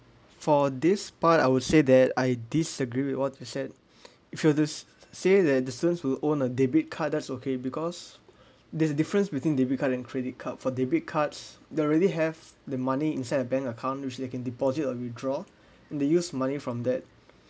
for this part I would say that I disagree with what you said if you are to say that the student who own a debit card that's okay because there's a difference between debit card and credit card for debit cards they already have the money inside a bank account which they can deposit or withdraw they use money from that